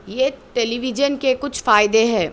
یہ television کے کچھ فائدے ہے